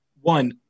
one